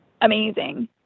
amazing